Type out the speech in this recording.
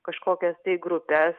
kažkokias tai grupes